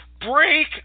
break